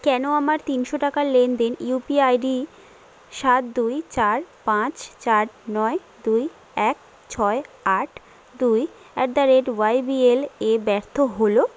কেন আমার তিনশো টাকার লেনদেন ইউপি আইডি সাত দুই চার পাঁচ চার নয় দুই এক ছয় আট দুই অ্যাট দা রেট ওয়াইবিএল এ ব্যর্থ হল